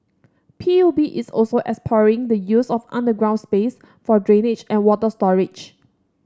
P U B is also exploring the use of underground space for drainage and water storage